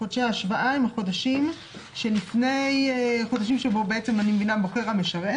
חודשי השוואה הם החודשים שלפני החודשים שבהם בוחר המשרת,